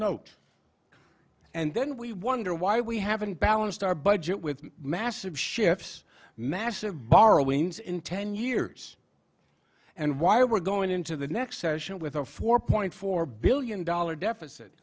note and then we wonder why we haven't balanced our budget with massive shifts massive borrowings in ten years and why we're going into the next session with a four point four billion dollar deficit